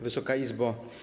Wysoka Izbo!